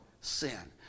sin